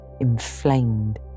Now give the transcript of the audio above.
inflamed